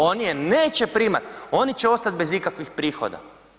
Oni je neće primat, oni će ostati bez ikakvih prihoda.